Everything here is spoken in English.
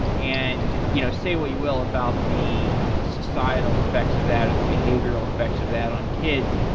and you know say what you will about the societal effects of that or the behavioral effects of that on kids,